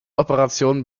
operationen